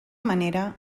manera